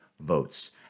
votes